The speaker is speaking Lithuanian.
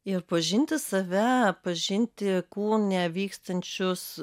ir pažinti save pažinti kūne vykstančius